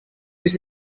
was